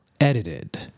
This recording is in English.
edited